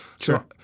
Sure